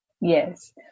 Yes